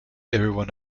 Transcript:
everyone